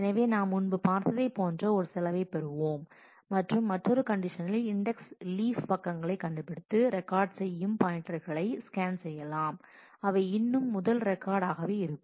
எனவே நாம் முன்பு பார்த்ததைப் போன்ற ஒரு செலவைப் பெறுவோம் மற்றும் மற்றொரு கண்டிஷனில் இன்டெக்ஸின் லீப் பக்கங்களை கண்டுபிடித்து ரெக்கார்ட் செய்யும் பாயின்டர்ககளை ஸ்கேன் செய்யலாம் இவை இன்னும் முதல் ரெக்கார்ட் ஆகவே இருக்கும்